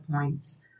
Points